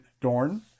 Dorn